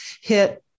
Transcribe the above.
hit